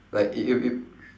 like i~ i~ if